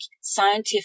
scientific